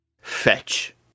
Fetch